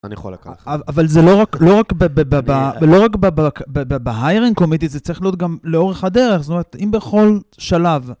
אבל זה לא רק בהיירנג קומיטי, זה צריך להיות גם לאורך הדרך, זאת אומרת, אם בכל שלב.